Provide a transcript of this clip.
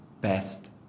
best